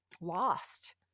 lost